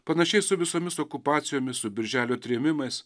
panašiai su visomis okupacijomis su birželio trėmimais